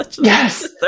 Yes